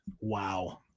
Wow